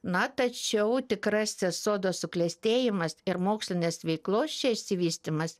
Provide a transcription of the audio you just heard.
na tačiau tikrasis sodo suklestėjimas ir mokslinės veiklos čia išsivystymas